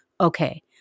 okay